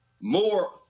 more